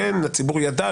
הציבור ידע,